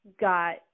got